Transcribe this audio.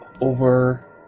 over